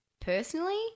personally